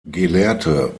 gelehrte